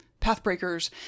Pathbreakers